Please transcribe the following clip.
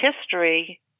history